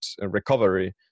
recovery